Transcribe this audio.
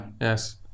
Yes